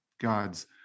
God's